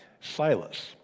Silas